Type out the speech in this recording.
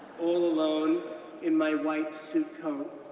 all alone in my white suit coat,